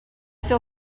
feel